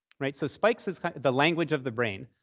right? so spikes is the language of the brain.